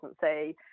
say